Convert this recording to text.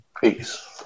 Peace